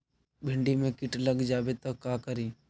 भिन्डी मे किट लग जाबे त का करि?